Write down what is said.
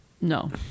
no